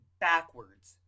backwards